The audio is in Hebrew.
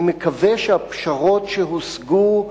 אני מקווה שהפשרות שהושגו,